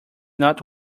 not